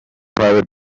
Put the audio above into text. private